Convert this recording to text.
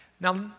Now